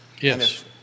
Yes